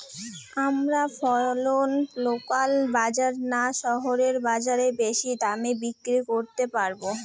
আমরা ফসল লোকাল বাজার না শহরের বাজারে বেশি দামে বিক্রি করতে পারবো?